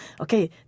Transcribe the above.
okay